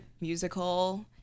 musical